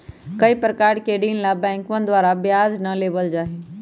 कई प्रकार के ऋण ला बैंकवन द्वारा ब्याज ना लेबल जाहई